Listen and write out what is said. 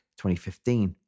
2015